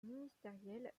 ministérielle